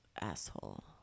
asshole